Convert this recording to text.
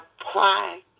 apply